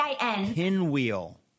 pinwheel